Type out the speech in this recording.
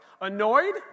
Annoyed